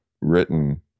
written